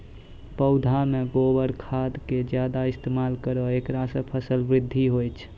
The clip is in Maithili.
पौधा मे गोबर खाद के ज्यादा इस्तेमाल करौ ऐकरा से फसल बृद्धि होय छै?